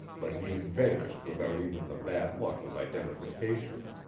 but he had vanished without even the bad luck of identification.